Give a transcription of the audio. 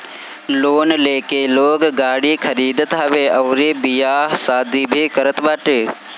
loan लेके लोग गाड़ी खरीदत हवे अउरी बियाह शादी भी करत बाटे